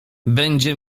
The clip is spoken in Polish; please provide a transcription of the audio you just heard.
będzie